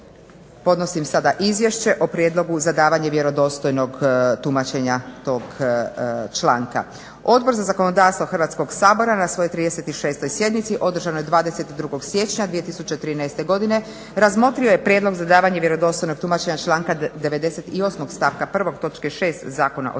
Podnosim sada Izvješće o prijedlogu za davanje vjerodostojnog tumačenja tog članka. Odbor za zakonodavstvo Hrvatskog sabora na svojoj 36. sjednici održanoj 22. siječnja 2013. godine razmotrilo je prijedlog za davanje vjerodostojnog tumačenja članka 98. stavka 1. točke 6.